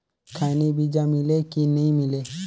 खैनी बिजा मिले कि नी मिले?